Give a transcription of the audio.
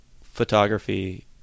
photography